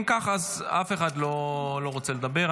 אם כך, אז אף אחד לא רוצה לדבר.